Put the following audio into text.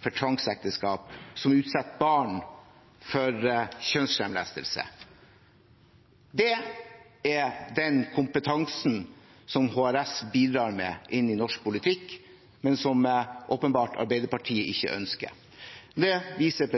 for tvangsekteskap, som utsetter barn for kjønnslemlestelse. Det er den kompetansen som HRS bidrar med inn i norsk politikk, men som Arbeiderpartiet åpenbart ikke ønsker. Det viser